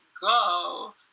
go